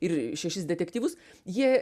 ir šešis detektyvus jie